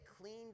cleaned